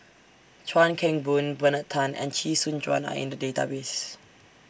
Chuan Keng Boon Bernard Tan and Chee Soon Juan Are in The Database